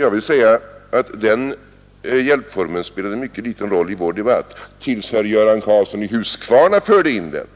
Jag vill säga att den hjälpformen spelade en mycket liten roll i vår debatt, tills herr Göran Karlsson i Huskvarna förde in den.